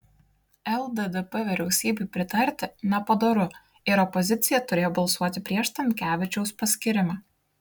lddp vyriausybei pritarti nepadoru ir opozicija turėjo balsuoti prieš stankevičiaus paskyrimą